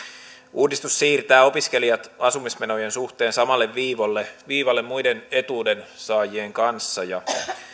uudistus siirtää opiskelijat asumismenojen suhteen samalle viivalle viivalle muiden etuudensaajien kanssa ja